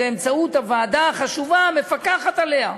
באמצעות הוועדה החשובה, מפקחת עליה.